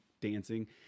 Dancing